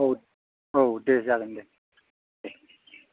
औ औ दे जागोन दे